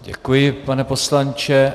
Děkuji, pane poslanče.